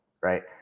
right